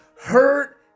hurt